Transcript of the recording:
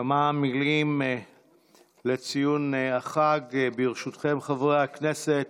כמה מילים לציון החג, ברשותכם, חברי הכנסת.